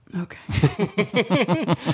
Okay